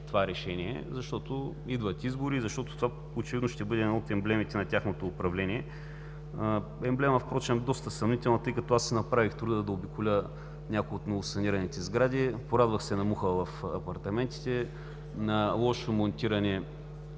това решение, защото идват избори, защото това очевидно ще бъде една от емблемите на тяхното управление. Емблема впрочем доста съмнителна, тъй като аз си направих труда да обиколя някои от новосанираните сгради. Порадвах се на мухъла в апартаментите, на лошо монтирани